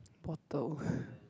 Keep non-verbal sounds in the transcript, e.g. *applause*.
bottle *breath*